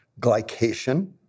glycation